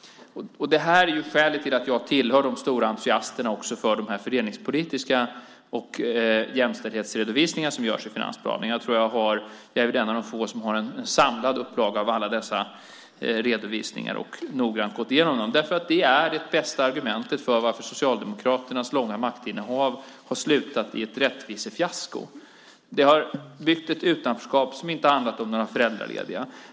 Det här är skälet till att jag tillhör de stora entusiasterna för de fördelningspolitiska redovisningar och de jämställdhetsredovisningar som görs i finansplanen. Jag är väl en av de få som har en samlad upplaga av alla dessa redovisningar och noggrant har gått igenom dem. Det är det bästa argumentet för varför Socialdemokraternas långa maktinnehav har slutat i ett rättvisefiasko. De har byggt ett utanförskap som inte har handlat om de föräldralediga.